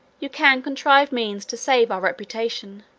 you can contrive means to save our reputation.